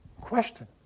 Question